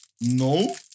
No